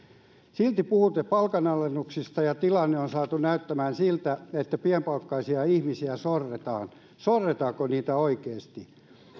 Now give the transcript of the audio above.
silti puhutte palkanalennuksista ja tilanne on saatu näyttämään siltä että pienipalkkaisia ihmisiä sorretaan sorretaanko heitä oikeasti